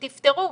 תפתרו.